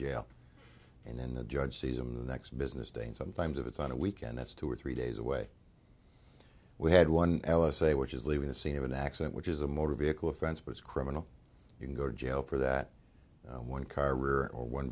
jail and then the judge sees them the next business day and sometimes if it's on a weekend that's two or three days away we had one l s a which is leaving the scene of an accident which is a motor vehicle offense but it's criminal you can go to jail for that one